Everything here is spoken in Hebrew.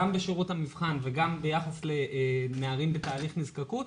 גם בשירות המבחן וגם ביחס לנערים בתהליך נזקקות,